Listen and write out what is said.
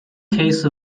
case